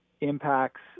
Impacts